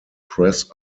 press